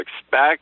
expect